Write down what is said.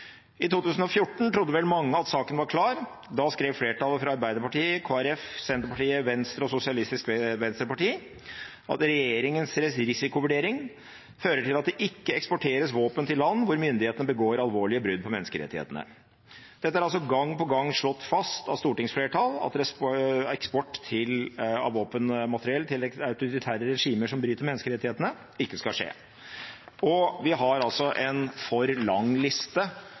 I 2014 trodde vel mange at saken var klar. Da skrev flertallet fra Arbeiderpartiet, Kristelig Folkeparti, Senterpartiet, Venstre og Sosialistisk Venstreparti at «regjeringens risikovurdering fører til at det ikke eksporteres våpen til land hvor myndighetene begår alvorlige brudd på menneskerettighetene». Det er altså gang på gang slått fast av stortingsflertall at eksport av våpenmateriell til autoritære regimer som bryter menneskerettighetene, ikke skal skje, og vi har en for lang liste